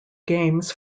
games